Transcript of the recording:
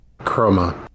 Chroma